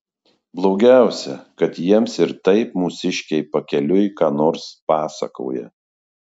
blogiausia kad jiems ir taip mūsiškiai pakeliui ką nors pasakoja